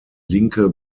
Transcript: linke